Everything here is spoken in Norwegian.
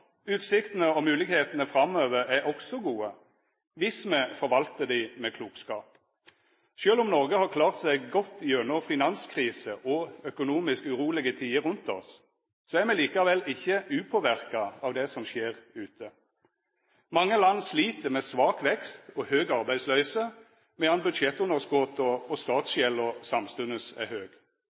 Utsiktene og moglegheitene framover er også gode, viss me forvaltar dei med klokskap. Sjølv om Noreg har klart seg godt gjennom finanskrise og økonomisk urolege tider rundt oss, er me likevel ikkje upåverka av det som skjer ute. Mange land slit med svak vekst og høg arbeidsløyse, medan budsjettunderskota er høge og statsgjelda samstundes er høg.